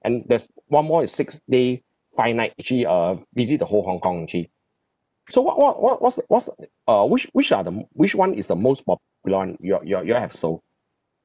and there's one more is six day five night actually err visit the whole hong kong actually so what what what what's the what's the uh which which are the m~ which [one] is the most popular [one] you all you all you all have sold